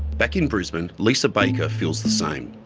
back in brisbane, lisa baker feels the same.